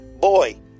Boy